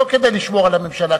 לא כדי לשמור על הממשלה,